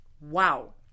Wow